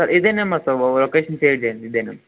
sir ఇదే number sir location share చేయండి ఇదే నెంబర్